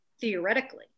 theoretically